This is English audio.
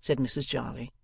said mrs jarley,